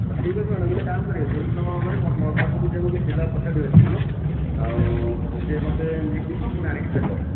ଏ ଠିକ୍ ଅଛି ମ୍ୟାଡ଼ାମ୍ ଗୋଟେ କାମ କରିବେ ଯୋଉଦିନ କରିବେ ମୋ ମୋ ପାଖକୁ ଗୋଟେ ପିଲାକୁ ପଠେଇଦେବେ ସେ ଦିନ ଆଉ ସିଏ ମୋତେ ନେଇଯିବ ପୁଣି ଆଣିକି ଛାଡ଼ି ଦେବ